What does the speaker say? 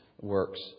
works